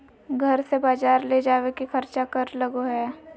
घर से बजार ले जावे के खर्चा कर लगो है?